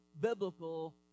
biblical